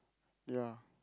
ya